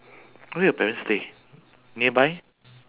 where your parents stay nearby